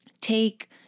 take